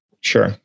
Sure